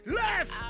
left